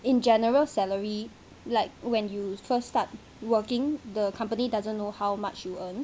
in general salary like when you first start working the company doesn't know how much you earn